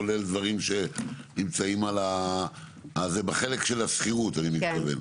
כולל דברים שנמצאים בחלק של השכירות אני מתכוון,